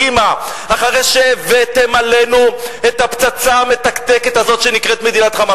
הקימה אחרי שהבאתם עלינו את הפצצה המתקתקת הזאת שנקראת מדינת "חמאס".